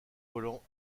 volant